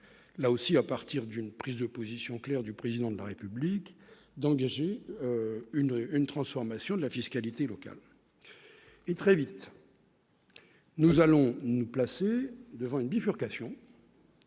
là aussi, à partir d'une prise de position claire du président de la République d'engager une rue, une transformation de la fiscalité locale et très vite. Nous allons nous placer devant une bifurcation.